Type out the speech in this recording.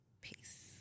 peace